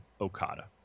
Okada